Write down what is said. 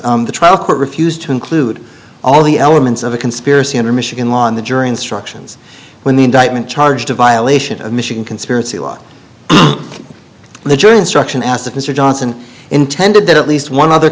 the trial court refused to include all the elements of a conspiracy under michigan law and the jury instructions when the indictment charged a violation of michigan conspiracy law the jury instruction asked of mr johnson intended that at least one other